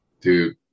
dude